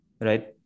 right